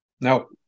No